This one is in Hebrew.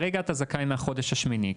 כרגע אתה זכאי מהחודש השמיני.